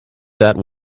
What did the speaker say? that